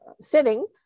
sitting